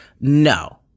No